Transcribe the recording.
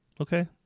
Okay